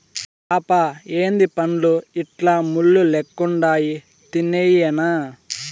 పాపా ఏందీ పండ్లు ఇట్లా ముళ్ళు లెక్కుండాయి తినేయ్యెనా